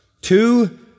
two